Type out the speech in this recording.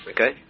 okay